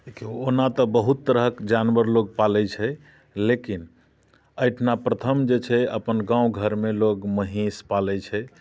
देखियौ ओना तऽ बहुत तरहक जानवर लोक पालै छै लेकिन अइठमा प्रथम जे छै से अपन गावँ घरमे लोग महींस पालै छै